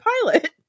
pilot